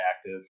active